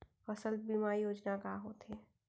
फसल बीमा योजना का होथे?